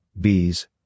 bees